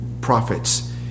prophets